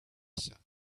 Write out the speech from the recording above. said